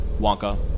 Wonka